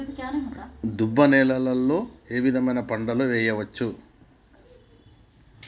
దుబ్బ పొలాల్లో ఏ విధమైన పంటలు వేయచ్చా?